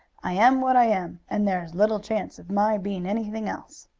i am what i am, and there is little chance of my being anything else.